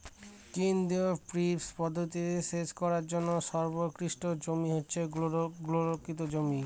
কেন্দ্রীয় পিভট পদ্ধতিতে সেচ করার জন্য সর্বোৎকৃষ্ট জমি হচ্ছে গোলাকৃতি জমি